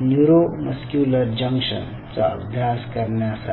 neuromuscular junction चा अभ्यास करण्यासाठी